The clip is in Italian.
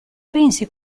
pensi